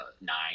nine